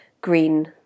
green